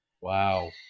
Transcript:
Wow